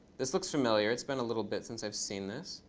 this looks familiar. it's been a little bit since i've seen this.